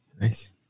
Nice